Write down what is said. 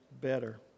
better